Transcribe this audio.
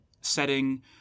setting